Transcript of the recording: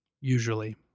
usually